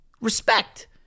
Respect